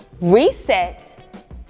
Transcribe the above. reset